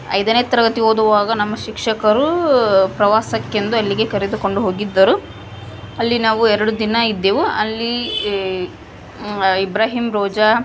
ಐದನೇ ತರಗತಿ ಓದುವಾಗ ನಮ್ಮ ಶಿಕ್ಷಕರು ಪ್ರವಾಸಕ್ಕೆಂದು ಅಲ್ಲಿಗೆ ಕರೆದುಕೊಂಡು ಹೋಗಿದ್ದರು ಅಲ್ಲಿ ನಾವು ಎರಡು ದಿನ ಇದ್ದೆವು ಅಲ್ಲಿ ಈ ಇಬ್ರಾಹಿಮ್ ರೋಜಾ